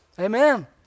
Amen